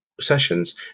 sessions